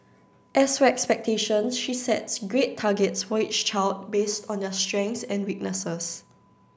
as for expectations she sets grade targets for each child based on their strengths and weaknesses